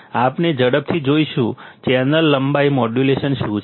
આપણે ઝડપથી જોઈશું ચેનલ લંબાઈ મોડ્યુલેશન શું છે